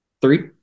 three